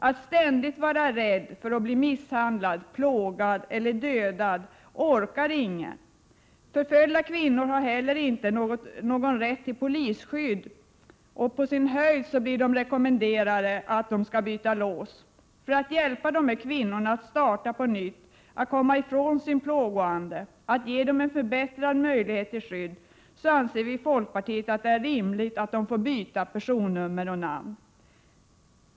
Att ständigt vara rädd för att bli misshandlad, plågad eller dödad orkar ingen. Förföljda kvinnor har inte heller någon rätt till polisskydd, och på sin höjd blir de rekommenderade att byta lås. För att hjälpa dessa kvinnor att starta på nytt, att komma ifrån sin plågoande och att få en förbättrad möjlighet till skydd anser vi i folkpartiet att det är rimligt att de får byta personnummer och namn.